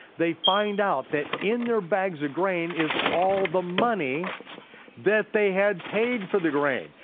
they find out that in their bags of grain is all the money that they had paid for the grain.